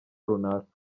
runaka